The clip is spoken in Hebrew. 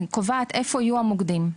קובעת איפה יהיו המוקדים.